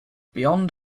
beyond